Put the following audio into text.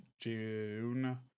june